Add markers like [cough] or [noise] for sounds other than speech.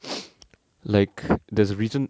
[noise] like there's reason